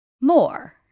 More